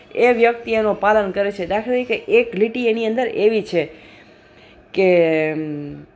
એ એનો પાલન કરે છે દાખલા તરીકે એક લીટી એની અંદર એવી છે કે